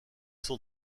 sont